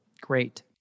great